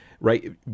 right